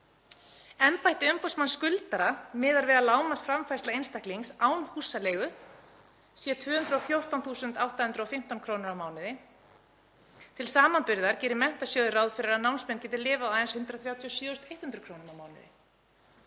Embætti umboðsmanns skuldara miðar við að lágmarksframfærsla einstaklings án húsaleigu sé 214.815 kr. á mánuði. Til samanburðar gerir Menntasjóður ráð fyrir að námsmenn geti lifað á aðeins 137.100 kr. á mánuði.